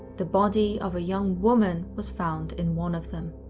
the body of a young woman was found in one of them.